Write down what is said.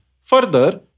Further